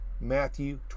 Matthew